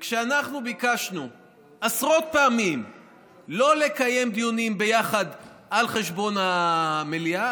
כשאנחנו ביקשנו עשרות פעמים לא לקיים דיונים ביחד על חשבון המליאה,